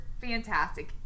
fantastic